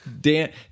Dan